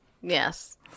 yes